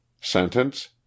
Sentence